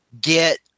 get